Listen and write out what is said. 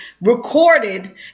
recorded